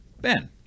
Ben